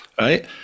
Right